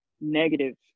negative